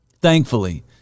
Thankfully